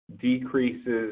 Decreases